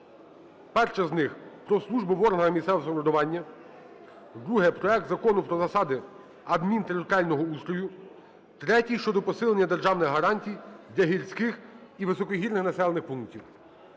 перше з них – про службу в органах місцевого самоврядування, друге – проект Закону про засади адмінтериторіального устрою, третє – щодо посилення державних гарантій для гірських і високогірних населених пунктів.